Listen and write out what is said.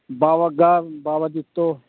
अच्छा अच्छा